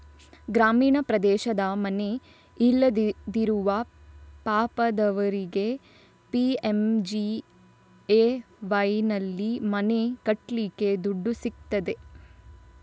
ಗ್ರಾಮೀಣ ಪ್ರದೇಶದ ಮನೆ ಇಲ್ಲದಿರುವ ಪಾಪದವರಿಗೆ ಪಿ.ಎಂ.ಜಿ.ಎ.ವೈನಲ್ಲಿ ಮನೆ ಕಟ್ಲಿಕ್ಕೆ ದುಡ್ಡು ಸಿಗ್ತದೆ